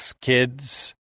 kids